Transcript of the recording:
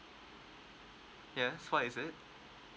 yes what is it